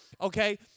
Okay